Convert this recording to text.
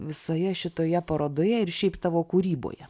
visoje šitoje parodoje ir šiaip tavo kūryboje